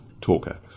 talker